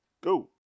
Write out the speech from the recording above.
go